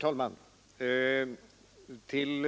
Herr talman!